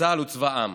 שצה"ל הוא צבא העם,